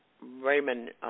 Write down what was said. Raymond